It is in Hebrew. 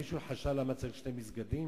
מישהו חשב למה צריך שני מסגדים?